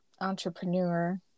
entrepreneur